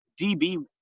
DB